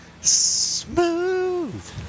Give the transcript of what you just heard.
smooth